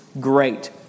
great